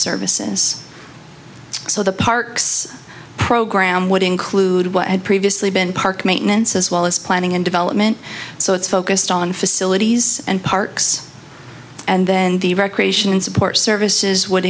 services so the parks program would include what had previously been park maintenance as well as planning and development so it's focused on facilities and parks and then the recreation support services would